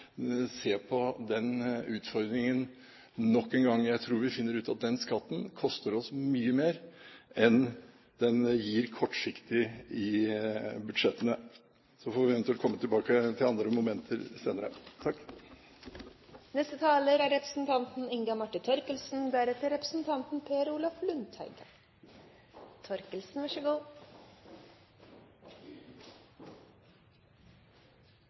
se på den utfordringen nok en gang. Jeg tror vi finner ut at den skatten koster oss mye mer enn den gir kortsiktig i budsjettene. Så får vi eventuelt komme tilbake til andre momenter senere. Jeg vil starte med å berømme interpellanten for å reise en viktig debatt som for så